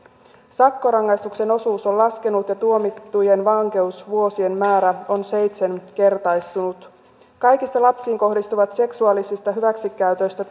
sakko rangaistuksen osuus on laskenut ja tuomittujen vankeusvuosien määrä on seitsenkertaistunut kaikista lapsiin kohdistuneista seksuaalisista hyväksikäytöistä